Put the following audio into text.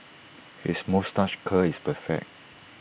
his moustache curl is perfect